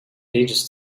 pages